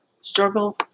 struggle